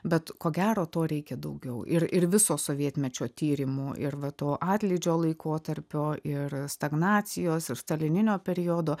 bet ko gero to reikia daugiau ir ir viso sovietmečio tyrimo ir va to atlydžio laikotarpio ir stagnacijos ir stalininio periodo